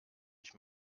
ich